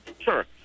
sure